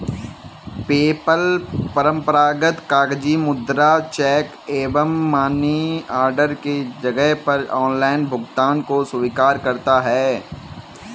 PayPal परंपरागत कागजी मुद्रा, चेक एवं मनी ऑर्डर के जगह पर ऑनलाइन भुगतान को स्वीकार करता है